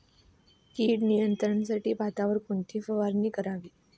कीड नियंत्रणासाठी भातावर कोणती फवारणी करावी?